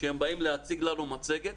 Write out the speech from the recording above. כשהם באים להציג לנו מצגת,